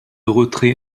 retrait